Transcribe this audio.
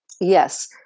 Yes